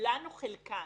כולן או חלקן.